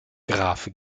graf